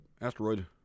asteroid